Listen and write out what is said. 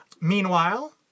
Meanwhile